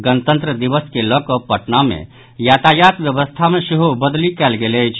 गणतंत्र दिवस के लऽ कऽ पटना मे यातायात व्यवस्था मे सेहो बदलि गयल गेल अछि